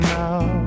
now